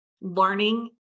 learning